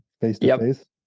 face-to-face